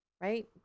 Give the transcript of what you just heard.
right